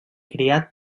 criat